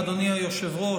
אדוני היושב-ראש,